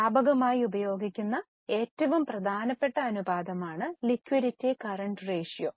വ്യാപകമായി ഉപയോഗിക്കുന്ന ഏറ്റവും പ്രധാനപ്പെട്ട അനുപാതമാണ് ലിക്വിഡിറ്റി കറന്റ് റേഷ്യോ